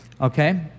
Okay